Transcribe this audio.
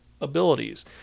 abilities